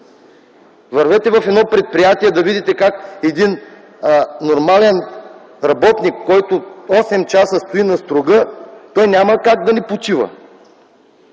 вървете в едно предприятие, за да видите как един нормален работник, който 8 часа стои на струга – той няма как да не почива,